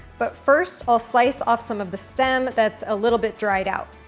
but first i'll slice off some of the stem that's a little bit dried out.